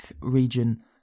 region